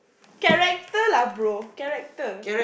character lah pro character